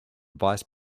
vice